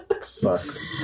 Sucks